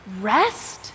Rest